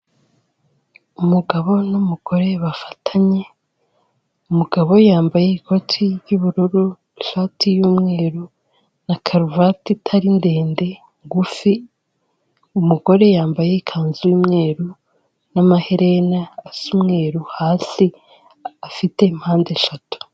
Umugabo n’umugore bafatanye, umugabo yambaye ikoti ry'ubururu, ishati y’umweru na karuvati itari ndende ngufi, umugore yambaye ikanzu y'umweru n'amaherena asa umweru hasi afite impande eshatu.